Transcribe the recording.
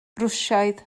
rwsiaidd